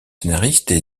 scénaristes